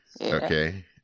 Okay